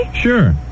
Sure